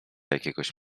jakiegoś